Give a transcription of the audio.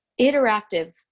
interactive